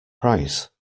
price